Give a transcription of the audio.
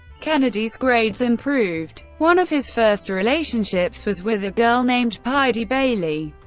kennedy's grades improved. one of his first relationships was with a girl named piedy bailey.